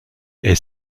est